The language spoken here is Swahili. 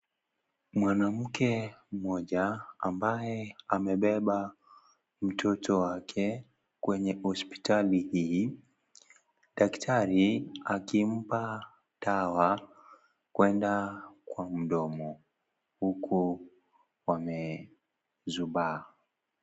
Mwanamke mmoja ambaye amebeba mtoto wake kwenye hospitali hii. Daktari akimpa dawa kwenda kwa mdomo huku wame zubaa.